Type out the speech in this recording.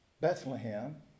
Bethlehem